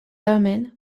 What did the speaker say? tamen